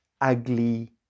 ugly